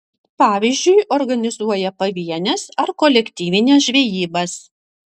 pavyzdžiui organizuoja pavienes ar kolektyvines žvejybas